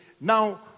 now